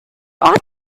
ought